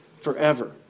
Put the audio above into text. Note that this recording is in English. forever